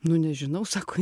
nu nežinau sako